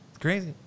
Crazy